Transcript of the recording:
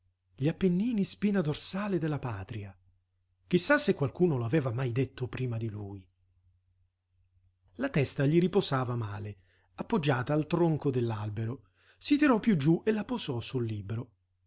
gli appennini spina dorsale della patria chi sa se qualcuno lo aveva mai detto prima di lui la testa gli riposava male appoggiata al tronco dell'albero si tirò piú giú e la posò sul libro